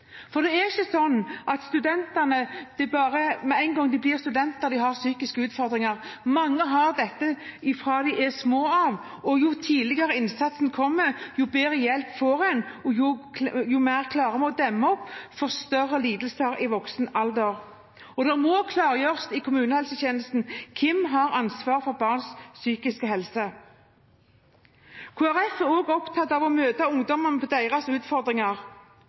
For det er ikke sånn at det er med én gang man blir student at man får psykiske utfordringer, mange har dette fra man er liten. Jo tidligere innsatsen kommer, jo bedre hjelp får man, og jo mer klarer man å demme opp for større lidelser i voksen alder. Det må klargjøres i kommunehelsetjenesten: Hvem har ansvar for barns psykiske helse? Kristelig Folkeparti er også opptatt av å møte ungdommene på deres utfordringer.